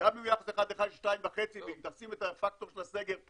גם אם היחס הוא 1 ל-2.5 ואם תשים את הפקטור של הסגר.